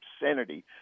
obscenity